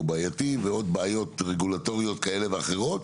בעייתי ועוד בעיות רגולטוריות כאלה ואחרות.